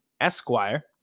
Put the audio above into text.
Esquire